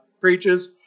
preaches